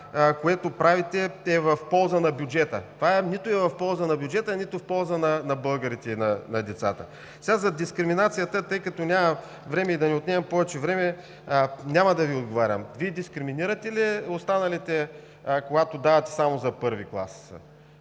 което правите, е в полза на бюджета. Това нито е в полза на бюджета, нито е в полза на българите, на децата. За дискриминацията. Тъй като няма време и, за да не отнемам повече време, няма да Ви отговарям. Вие дискриминирате ли останалите, когато давате само за I клас?